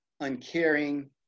uncaring